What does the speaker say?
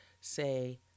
say